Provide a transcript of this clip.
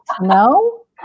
No